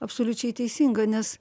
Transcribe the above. absoliučiai teisinga nes